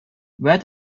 where